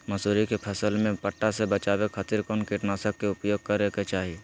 मसूरी के फसल में पट्टा से बचावे खातिर कौन कीटनाशक के उपयोग करे के चाही?